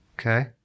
Okay